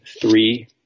three